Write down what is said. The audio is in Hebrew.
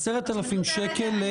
10,000 ש"ח עבור?